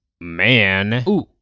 man